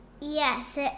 Yes